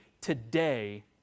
today